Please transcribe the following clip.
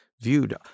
viewed